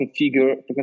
configure